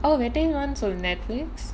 oh that thing runs on Netflix